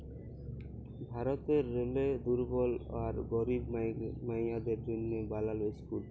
ভারতেরলে দুর্বল আর গরিব মাইয়াদের জ্যনহে বালাল ইসকুল